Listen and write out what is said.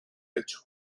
hecho